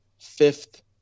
fifth